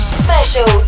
special